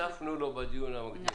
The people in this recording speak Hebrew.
נחשפנו לו בדיון המקדים.